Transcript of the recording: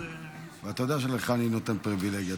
ואתה יודע שלך אני נותן פריבילגיה,